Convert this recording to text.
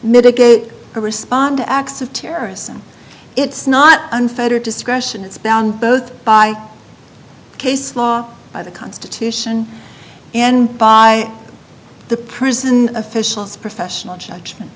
mitigate or respond to acts of terrorism it's not unfettered discretion it's bound both by case law by the constitution and by the prison officials professional judgment